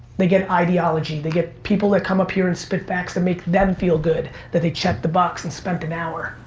they get ideology, they get people that come up here and spit facts that make them feel good, that they checked the box and spent an hour.